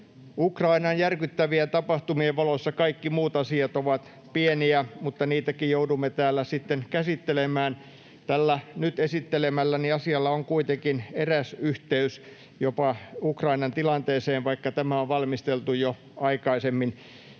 Ukrainan järkyttävien tapahtumien valossa kaikki muut asiat ovat pieniä, mutta niitäkin joudumme täällä käsittelemään. Tällä nyt esittelemälläni asialla on kuitenkin eräs yhteys jopa Ukrainan tilanteeseen, vaikka tämä on valmisteltu jo aikaisemmin.